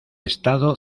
estado